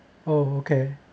oh okay